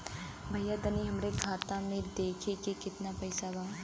भईया तनि हमरे खाता में देखती की कितना पइसा बा?